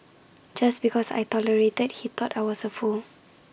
just because I tolerated he thought I was A fool